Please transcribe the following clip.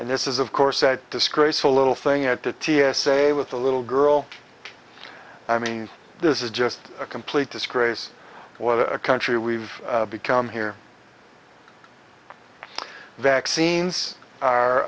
and this is of course a disgraceful little thing at the t s a with a little girl i mean this is just a complete disgrace what a country we've become here vaccines are